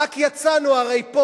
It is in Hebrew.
רק יצאנו הרי פה,